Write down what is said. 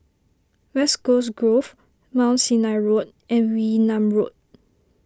West Coast Grove Mount Sinai Road and Wee Nam Road